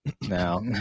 now